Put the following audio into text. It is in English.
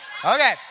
Okay